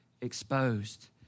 exposed